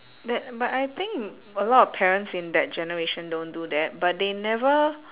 that but I think a lot of parents in that generation don't do that but they never